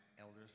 elders